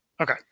okay